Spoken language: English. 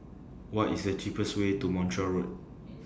What IS The cheapest Way to Montreal Road